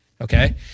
Okay